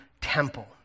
temple